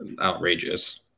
outrageous